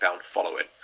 following